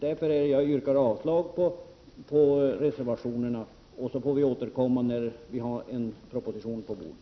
Därför yrkar jag avslag på reservationerna, och så får vi återkomma när vi har en proposition på bordet.